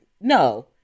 no